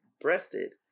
breasted